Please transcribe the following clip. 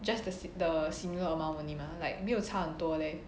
just the the similar amount only mah like 没有差很多 leh